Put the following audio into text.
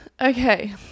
Okay